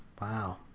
Wow